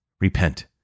Repent